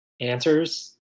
answers